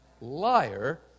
Liar